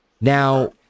Now